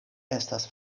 estas